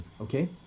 okay